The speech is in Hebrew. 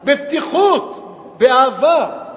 בפתיחות, באהבה.